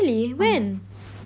ஆமா:aama